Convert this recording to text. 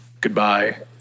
goodbye